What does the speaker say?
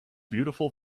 beautiful